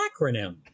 acronym